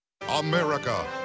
America